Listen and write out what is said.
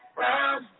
round